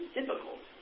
difficult